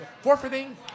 Forfeiting